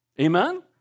Amen